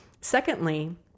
Secondly